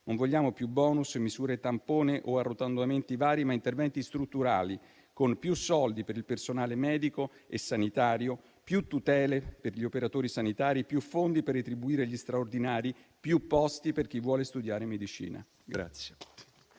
Vogliamo non più *bonus* e misure tampone o arrotondamenti vari, ma interventi strutturali, con più soldi per il personale medico e sanitario, più tutele per gli operatori sanitari, più fondi per retribuire gli straordinari, più posti per chi vuole studiare medicina.